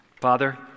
Father